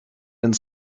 and